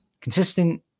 consistent